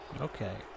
Okay